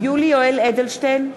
יולי יואל אדלשטיין,